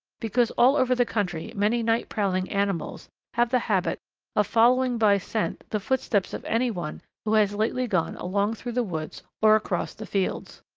because all over the country many night-prowling animals have the habit of following by scent the footsteps of any one who has lately gone along through the woods or across the fields.